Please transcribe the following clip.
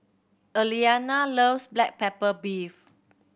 Aliana loves black pepper beef